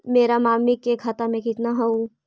मेरा मामी के खाता में कितना हूउ?